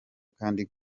kandi